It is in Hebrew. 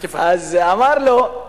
אז הוא אמר לו: